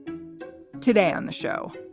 today on the show,